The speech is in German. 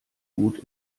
gut